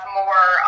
more